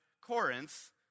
Corinth